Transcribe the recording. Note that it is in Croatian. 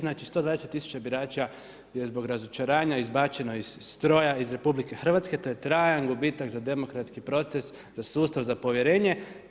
Znači 120 tisuća birača je zbog razočaranje izbačeno iz stroja, iz RH, to je trajan gubitak za demokratski proces, za sustav, za povjerenje.